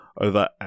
over